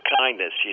kindness